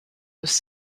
was